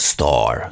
Star